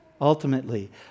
ultimately